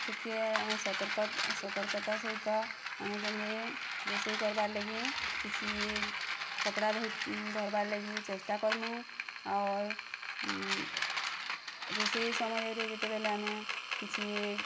ସେତ୍କେ ଆମେ ସର୍ତକତା ସହିତ ଆମେ କେନ୍ତି ରୋଷେଇ କର୍ବାର୍ ଲାଗି କିଛି କପଡ଼ା ଧରି ଧର୍ବାର୍ ଲାଗି ଚେଷ୍ଟା କର୍ମୁଁ ଅର୍ ରୋଷେଇ ସମୟରେ ଯେତେବେଲେ ଆମେ କିଛି ଏ